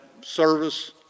service